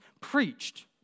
preached